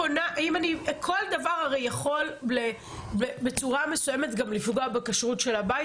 כל דבר הרי יכול בצורה מסוימת גם לפגוע בכשרות של הבית,